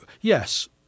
yes